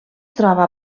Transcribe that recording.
troba